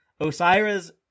Osiris